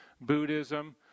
Buddhism